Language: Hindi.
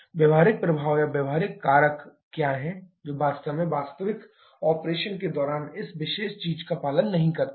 व्यावहारिक प्रभाव या व्यावहारिक कारक क्या हैं जो वास्तव में वास्तविक ऑपरेशन के दौरान इस विशेष चीज का पालन नहीं करते हैं